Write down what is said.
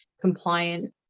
compliant